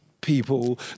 people